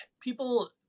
people